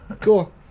Cool